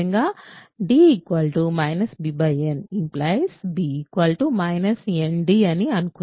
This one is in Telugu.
అదేవిధంగా d bn b nd అని అనుకుందాం